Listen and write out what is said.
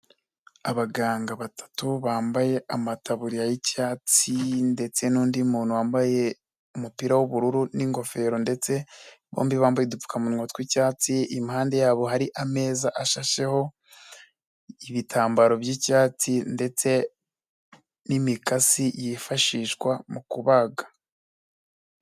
Abaganga batatu bambaye amataburiya y'icyatsi ndetse n'undi muntu wambaye umupira w'ubururu n'ingofero ndetse bombi bambaye udupfukamunwa tw'icyatsi, impande yabo hari ameza ashasheho ibitambaro by'icyatsi ndetse n'imikasi yifashishwa mu kubaga.